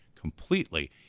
Completely